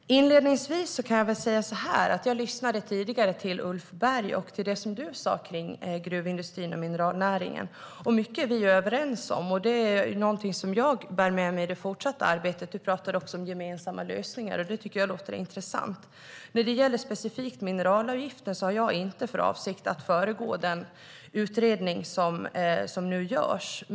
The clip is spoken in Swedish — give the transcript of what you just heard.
Herr talman! Inledningsvis kan jag säga att jag lyssnade tidigare till Ulf Berg och det som han sa kring gruvindustrin och mineralnäringen. Mycket är vi överens om, och det är något som jag bär med mig i det fortsatta arbetet. Du pratade om gemensamma lösningar, och det tycker jag låter intressant. När det gäller specifikt mineralavgifter har jag inte för avsikt att föregå den utredning som nu görs.